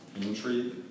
intrigue